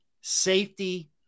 safety